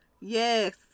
Yes